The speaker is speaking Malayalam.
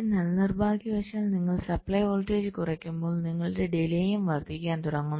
എന്നാൽ നിർഭാഗ്യവശാൽ നിങ്ങൾ സപ്ലൈ വോൾട്ടേജ് കുറയ്ക്കുമ്പോൾ നിങ്ങളുടെ ഡിലേയും വർദ്ധിക്കാൻ തുടങ്ങുന്നു